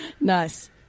Nice